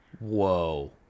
Whoa